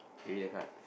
you read the card